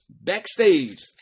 Backstage